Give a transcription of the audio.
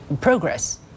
progress